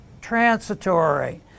transitory